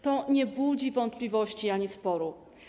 To nie budzi wątpliwości ani sporu.